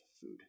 food